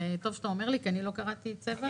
וטוב שאתה אומר לי כי אני לא קראתי את סבר.